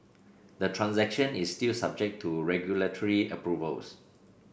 the transaction is still subject to regulatory approvals